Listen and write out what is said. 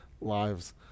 lives